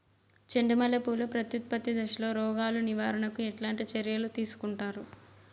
చెండు మల్లె పూలు ప్రత్యుత్పత్తి దశలో రోగాలు నివారణకు ఎట్లాంటి చర్యలు తీసుకుంటారు?